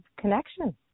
connection